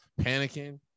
panicking